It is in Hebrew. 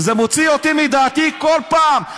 וזה מוציא אותי מדעתי כל פעם,